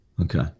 Okay